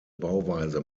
bauweise